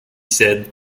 said